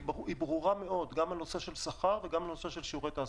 ברורה מאוד גם בנושא של שכר וגם בנושא שיעורי תעסוקה.